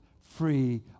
free